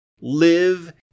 Live